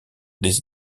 des